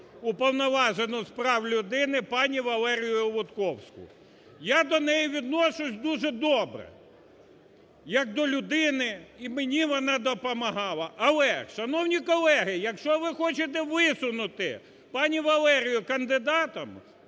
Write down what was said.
Уповноважену з прав людини пані Валерію Лутковську. Я до неї відношусь дуже добре як до людини, і мені вона допомагала. Але, шановні колеги, якщо ви хочете висунути пані Валерію кандидатом,